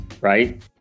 right